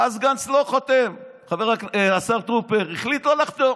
ואז גנץ לא חותם, השר טרופר, הוא החליט לא לחתום.